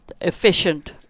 efficient